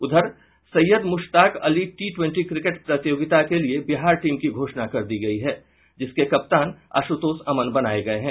उधर Syed Mushtaq Ali T twenty cricket प्रतियोगिता के लिए बिहार टीम की घोषणा कर दी गयी है जिसके कप्तान आशुतोष अमन बनाये गये हैं